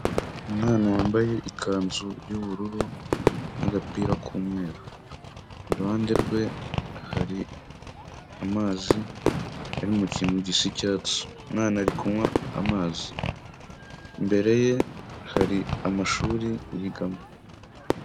Umwana wambaye ikanzu y'ubururu n'agapira k'umweru, iruhande rwe hari amazi ari mu kintu gisa icyatsi, umwana ari kunywa amazi, imbere ye hari amashuri yigamo.